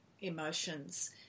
emotions